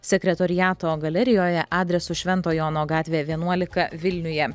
sekretoriato galerijoje adresu švento jono gatvė vienuolika vilniuje